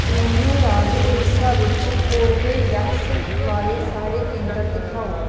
ਮੈਨੂੰ ਰਾਜ ਉੜੀਸਾ ਵਿੱਚ ਕੋਰਬੇਵੈਕਸ ਵਾਲੇ ਸਾਰੇ ਕੇਂਦਰ ਦਿਖਾਓ